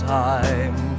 time